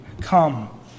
come